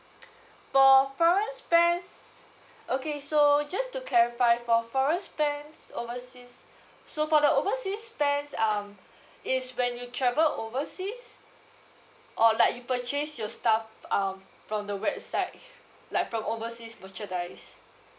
so foreign spends okay so just to clarify for foreign spends overseas so for the overseas spends um it's when you travel overseas or like you purchase your staff um from the website like from overseas merchandise